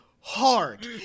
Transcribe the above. hard